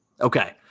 okay